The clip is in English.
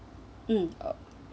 mm